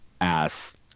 ass